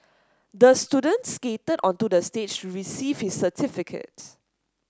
the students skated onto the stage receive his certificate